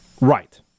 Right